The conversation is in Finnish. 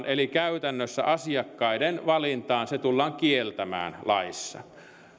eli käytännössä asiakkaiden valinta tullaan kieltämään laissa